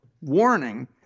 warning